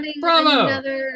Bravo